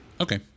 Okay